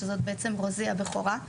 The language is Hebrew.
שזו בעצם רוזי היא הבכורה.